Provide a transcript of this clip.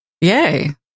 Yay